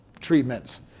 treatments